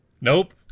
Nope